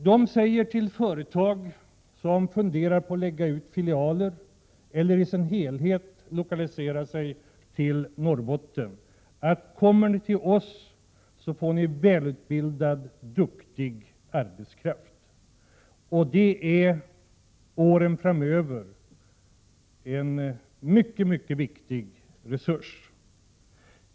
De säger till företag som funderar på att lägga ut filialer eller på att i sin helhet lokalisera sig till Norrbotten att de, om de kommer till Norrbotten, får välutbildad och duktig arbetskraft, som under åren framöver blir en mycket viktig resurs.